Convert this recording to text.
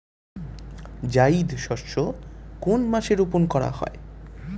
জায়িদ শস্য কোন মাসে রোপণ করা হয়?